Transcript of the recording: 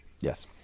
yes